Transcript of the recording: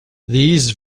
these